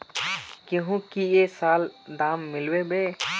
गेंहू की ये साल दाम मिलबे बे?